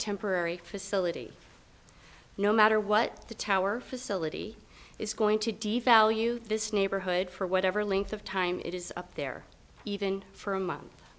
temporary facility no matter what the tower facility is going to devalue this neighborhood for whatever length of time it is up there even for a month